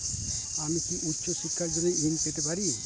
আমি কি উচ্চ শিক্ষার জন্য ঋণ পেতে পারি?